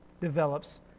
develops